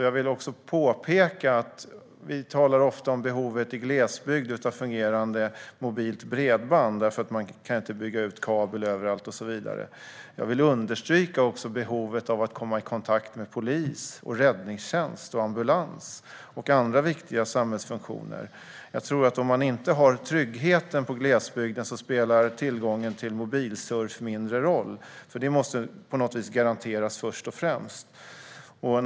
Jag vill påpeka att vi ofta talar om behov av fungerande mobilt bredband i glesbygd eftersom man inte kan bygga ut kabel överallt och så vidare. Jag vill också understryka behovet av att kunna komma i kontakt med polis, räddningstjänst, ambulans och andra viktiga samhällsfunktioner. Om man inte har den tryggheten i glesbygden spelar tillgången till mobilsurf mindre roll. Denna trygghet måste först och främst garanteras.